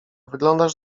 wyglądasz